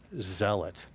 zealot